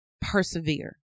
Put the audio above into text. persevere